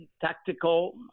tactical